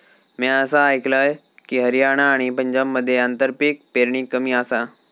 म्या असा आयकलंय की, हरियाणा आणि पंजाबमध्ये आंतरपीक पेरणी कमी आसा